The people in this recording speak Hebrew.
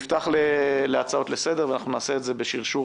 אפתח את הדיון להצעות לסדר ונעשה את זה בשרשור